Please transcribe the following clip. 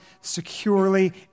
securely